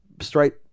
straight